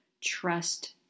Trust